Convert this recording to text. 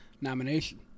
nomination